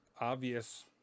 obvious